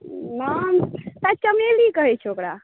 नाम शाइत चमेली कहै छै ओकरा